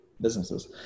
businesses